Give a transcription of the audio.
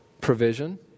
Provision